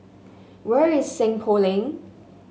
where is Seng Poh Lane